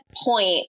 point